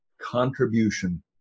contribution